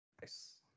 Nice